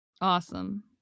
Awesome